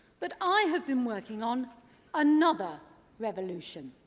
but i have been working on another revolution,